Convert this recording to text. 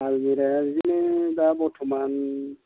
आलमिराया बिदिनो दा बर्त'मान